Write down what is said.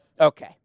Okay